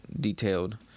detailed